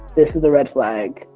this is a red flag.